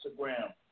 Instagram